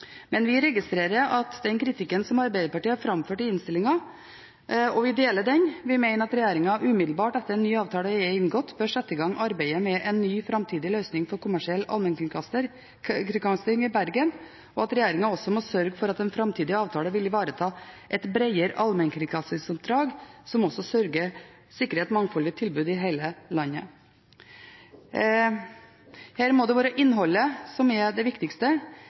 men vi registrerer den kritikken som Arbeiderpartiet har framført i innstillingen, og vi deler den. Vi mener at regjeringen umiddelbart etter at en ny avtale er inngått, bør sette i gang arbeidet med en ny framtidig løsning for kommersiell allmennkringkasting i Bergen, og at regjeringen også må sørge for at en framtidig avtale vil ivareta et bredere allmennkringkastingsoppdrag som også sikrer et mangfoldig tilbud i hele landet. Her må det være innholdet som er det viktigste,